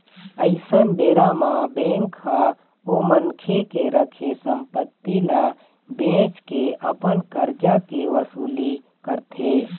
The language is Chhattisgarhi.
अइसन बेरा म बेंक ह ओ मनखे के रखे संपत्ति ल बेंच के अपन करजा के वसूली करथे